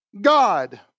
God